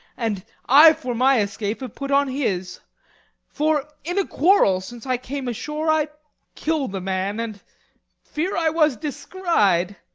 and i for my escape have put on his for in a quarrel since i came ashore i kill'd a man, and fear i was descried.